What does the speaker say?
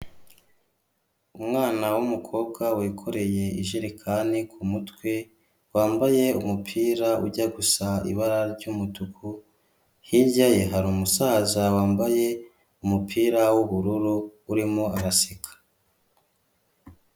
Umwana w'umukobwa wikoreye ijerekani ku mutwe wambaye umupira ujya gusa ibara ry'umutuku, hirya ye hari umusaza wambaye umupira w'ubururu urimo araseka.